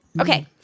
Okay